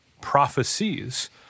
prophecies